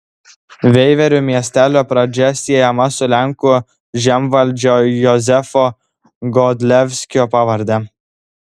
veiverių miestelio pradžia siejama su lenkų žemvaldžio jozefo godlevskio pavarde